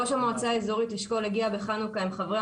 ראש המועצה האזורית אשכול הגיע בחנוכה עם חברי